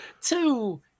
Two